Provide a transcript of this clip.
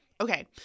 Okay